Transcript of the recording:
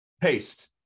Paste